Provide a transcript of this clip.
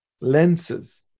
lenses